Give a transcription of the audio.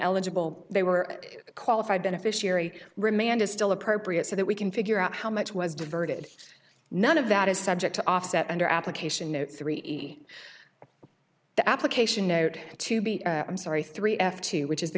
ineligible they were qualified beneficiary remand is still appropriate so that we can figure out how much was diverted none of that is subject to offset under application three the application to be i'm sorry three f two which is the